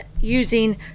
using